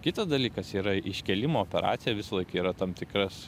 kitas dalykas yra iškėlimo operacija visąlaik yra tam tikras